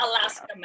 Alaska